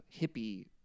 hippie